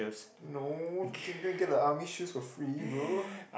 no you can go and get the army shoes for free bro